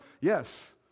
Yes